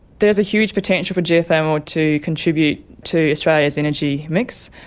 there is a huge potential for geothermal to contribute to australia's energy mix,